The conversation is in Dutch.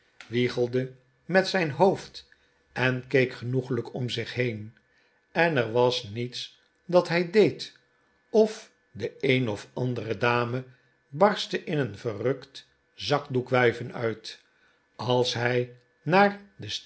wiegelde met zijn hoofd en keek genoeglijk om zich heen en er was niets dat hij deed of de een of andere dame barstte in een verrukt zakdoekwuiven uit als hij naar den